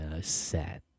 sad